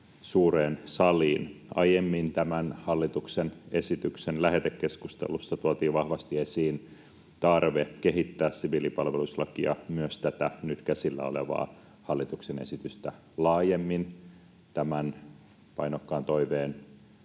Aiemmin tämän hallituksen esityksen lähetekeskustelussa tuotiin vahvasti esiin tarve kehittää siviilipalveluslakia myös tätä nyt käsillä olevaa hallituksen esitystä laajemmin. Tämän painokkaan toiveen